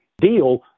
deal